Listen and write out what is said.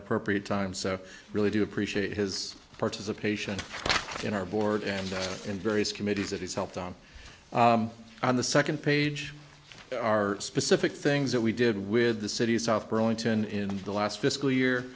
appropriate time so i really do appreciate his participation in our board and in various committees that he's helped on on the second page are specific things that we did with the city south burlington in the last fiscal year